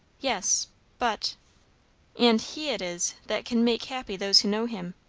yes but and he it is that can make happy those who know him.